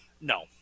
no